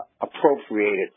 appropriated